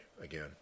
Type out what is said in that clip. again